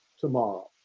tomorrow